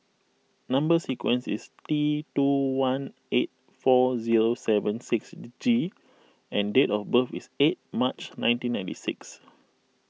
Number Sequence is T two one eight four zero seven six G and date of birth is eight March nineteen ninety six